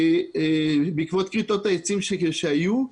בעקבות כריתות העצים שהיו,